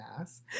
ass